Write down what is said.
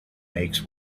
make